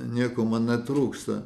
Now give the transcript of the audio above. nieko man netrūksta